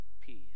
peace